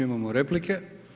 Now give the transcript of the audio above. Imamo replike.